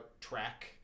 track